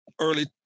early